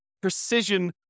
precision